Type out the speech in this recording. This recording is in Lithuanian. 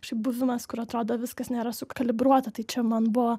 šiaip buvimas kur atrodo viskas nėra sukalibruota tai čia man buvo